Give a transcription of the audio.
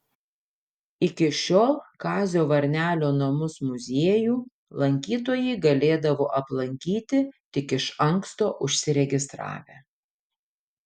iki šiol kazio varnelio namus muziejų lankytojai galėdavo aplankyti tik iš anksto užsiregistravę